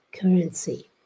currency